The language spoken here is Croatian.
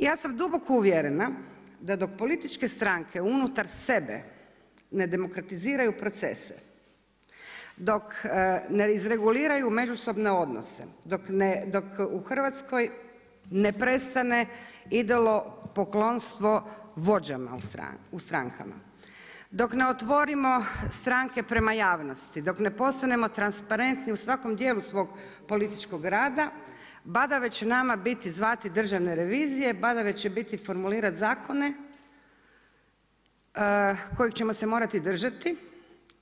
I ja sam duboko uvjerena da dok političke stranke unutar sebe ne demokratiziraju procese, dok ne izreguliraju međusobne odnose, dok u Hrvatskoj ne prestane idolopoklonstvo vođama u strankama, dok ne otvorimo stranke prema javnosti, dok ne postanemo transparentni u svakom dijelu svog političkog rada badava će nama biti zvati državne revizije, badava će biti formulirati zakone kojih ćemo se morati držati